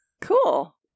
Cool